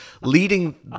leading